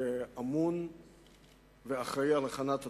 שאמון ואחראי להכנת התקציב.